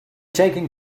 taken